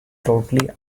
totally